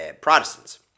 Protestants